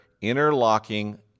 Interlocking